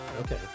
Okay